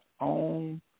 own